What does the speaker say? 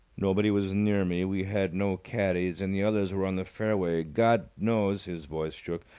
nobody was near me. we had no caddies, and the others were on the fairway. god knows his voice shook.